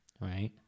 Right